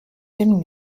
dem